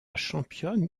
championne